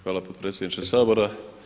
Hvala potpredsjedniče Sabora.